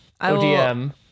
ODM